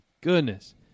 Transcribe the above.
goodness